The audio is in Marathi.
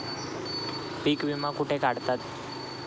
पीक विमा कुठे काढतात?